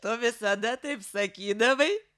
tu visada taip sakydavai